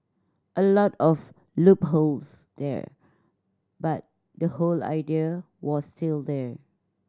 a lot of loopholes there but the whole idea was still there